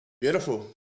Beautiful